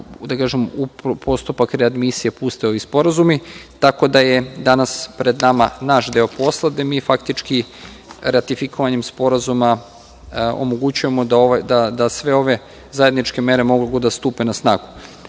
da se u postupak readmisije puste ovi sporazumi, tako da je danas pred nama naš deo posla, gde mi faktički ratifikovanjem sporazuma omogućujemo da sve ove zajedničke mere mogu da stupe na snagu. Imamo